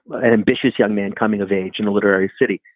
but an ambitious young man coming of age in a literary city,